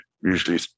usually